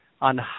on